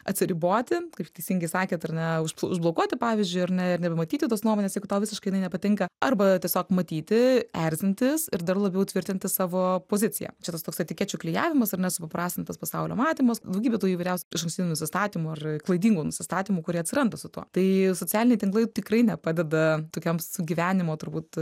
atsiriboti kaip teisingai sakėt ar ne už užblokuoti pavyzdžiui ar ne ir nebematyti tos nuomonėsjeigu tau visiškai jinai nepatinka arba tiesiog matyti erzintis ir dar labiau tvirtinti savo poziciją čia toks etikečių klijavimas ar ne supaprastintas pasaulio matymas daugybė tų įvairiausių išankstinių nusistatymų ar klaidingų nusistatymų kurie atsiranda su tuo tai socialiniai tinklai tikrai nepadeda tokioms gyvenimo turbūt